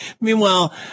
Meanwhile